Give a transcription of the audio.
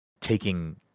taking